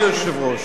(חבר הכנסת רוני בר-און יוצא מאולם המליאה.) אדוני היושב-ראש,